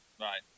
right